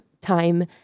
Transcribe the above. time